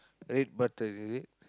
red button is it